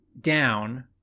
down